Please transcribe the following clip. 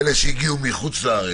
ובעיות?